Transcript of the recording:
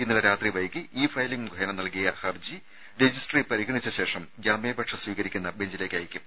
ഇന്നലെ രാത്രി വൈകി ഇ ഫയലിംഗ് മുഖേന നൽകിയ ഹർജി രജിസ്ട്രി പരിഗണിച്ചശേഷം ജാമ്യാപേക്ഷ സ്വീകരിക്കുന്ന ബഞ്ചിലേക്കയക്കും